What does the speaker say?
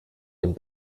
den